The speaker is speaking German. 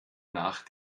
nach